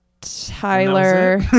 Tyler